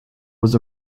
was